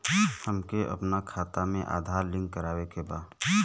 हमके अपना खाता में आधार लिंक करावे के बा?